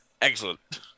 Excellent